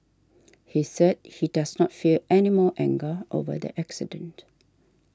he said he does not feel any more anger over the accident